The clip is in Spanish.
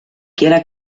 quiera